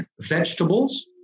vegetables